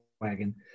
wagon